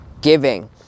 giving